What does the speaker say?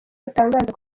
atangaza